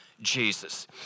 Jesus